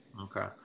Okay